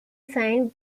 signed